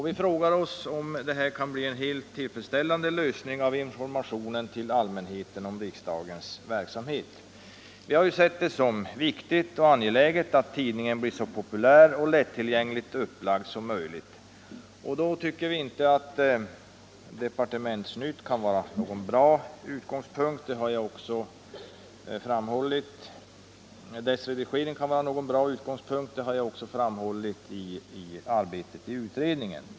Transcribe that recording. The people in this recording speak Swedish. Vi frågar oss i vpk om det kan bli en helt tillfredsställande lösning av frågan om informationen till allmänheten om riksdagens verksamhet. Vi har sett det som viktigt och angeläget att tidningen blir så populär och så lättillgängligt upplagd som möjligt. Då tycker vi inte att redigeringen av tidningen Departementsnytt kan vara någon bra utgångspunkt. Det har jag också framhållit under arbetet i utredningen.